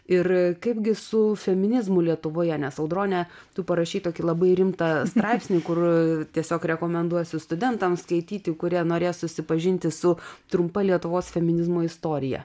ir kaipgi su feminizmu lietuvoje nes audrone tu parašei tokį labai rimtą straipsnį kur tiesiog rekomenduosiu studentams skaityti kurie norės susipažinti su trumpa lietuvos feminizmo istorija